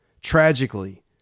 Tragically